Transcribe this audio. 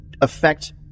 Affect